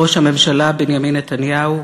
ראש הממשלה בנימין נתניהו,